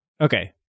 Okay